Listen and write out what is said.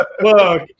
look